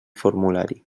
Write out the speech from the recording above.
formulari